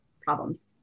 problems